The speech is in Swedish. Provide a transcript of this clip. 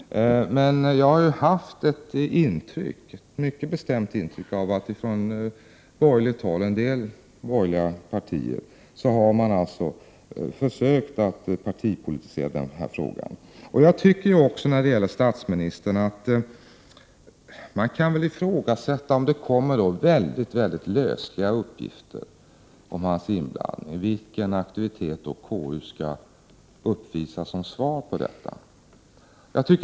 Men jag har haft ett mycket bestämt intryck av att man från en del borgerliga partier har försökt partipolitisera denna fråga. Jag tycker också när det gäller statsministern att man väl kan ifrågasätta, om det kommer väldigt lösliga uppgifter om hans inblandning, vilken aktivitet konstitutionsutskottet då skall uppvisa som svar på detta.